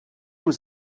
was